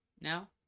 now